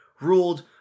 ruled